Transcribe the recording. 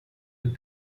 with